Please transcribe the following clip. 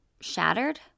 shattered